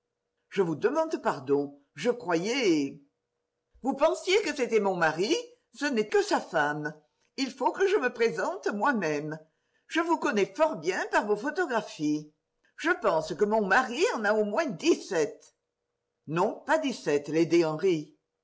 je vous demande pardon je croyais vous pensiez que c'était mon mari ce n'est que sa femme il faut que je me présente moi-même je vous connais fort bien par vos photographies je pense que mon mari en a au moins dix-sept non pas